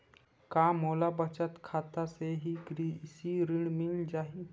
का मोला बचत खाता से ही कृषि ऋण मिल जाहि?